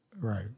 Right